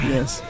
Yes